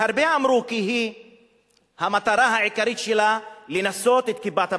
שהרבה אמרו שהמטרה העיקרית שלה היתה לנסות את "כיפת הברזל",